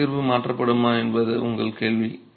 சுமை பகிர்வு மாற்றப்படுமா என்பது உங்கள் கேள்வி